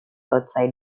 outside